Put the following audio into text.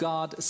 God